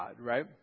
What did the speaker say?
right